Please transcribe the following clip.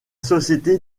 société